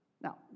Now